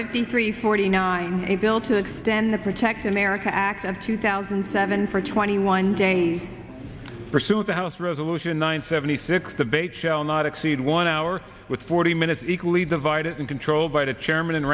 fifty three forty nine a bill to extend the protect america act of two thousand and seven for twenty one day pursue the house resolution nine seventy six the bait shall not exceed one hour with forty minutes equally divided and controlled by the chairman